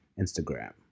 Instagram